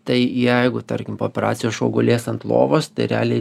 tai jeigu tarkim po operacijos šuo gulės ant lovos tai realiai